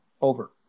Over